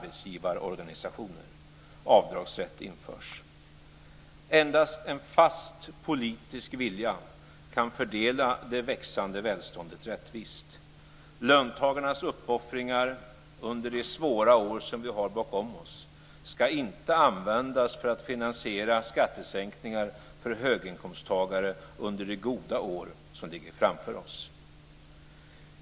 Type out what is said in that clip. Endast en fast politisk vilja kan fördela det växande välståndet rättvist. Löntagarnas uppoffringar under de svåra år som vi har bakom oss ska inte användas för att finansiera skattesänkningar för höginkomsttagare under de goda år som ligger framför oss.